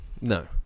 No